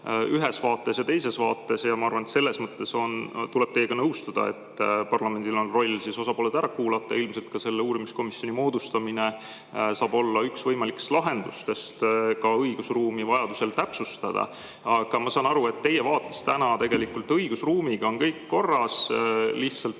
ühes vaates ja teises vaates. Ma arvan, et selles mõttes tuleb teiega nõustuda, et parlamendi roll on siis osapooled ära kuulata. Ilmselt ka uurimiskomisjoni moodustamine saab olla üks võimalikest lahendustest, et õigusruumi vajadusel täpsustada. Aga ma saan aru, et teie vaates on täna tegelikult õigusruumiga kõik korras, lihtsalt